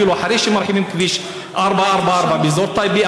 אפילו אחרי שמרחיבים את כביש 444 באזור טייבה,